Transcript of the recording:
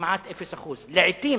כמעט 0%. לפעמים